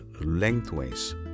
lengthways